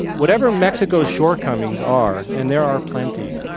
whatever mexico's shortcomings are, and there are plenty,